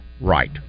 Right